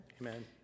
Amen